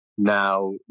Now